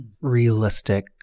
realistic